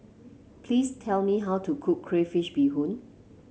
please tell me how to cook Crayfish Beehoon